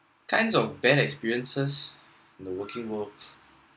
kinds of bad experiences in the working world